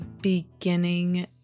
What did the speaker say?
beginning